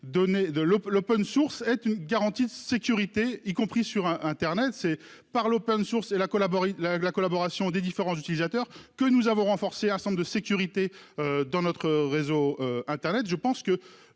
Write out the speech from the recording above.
l'Open source est une garantie de sécurité, y compris sur Internet. C'est par l'Open source et la collaboré la la collaboration des différents utilisateurs que nous avons renforcé, 100 de sécurité. Dans notre réseau internet je pense que,